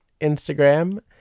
Instagram